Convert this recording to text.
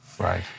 Right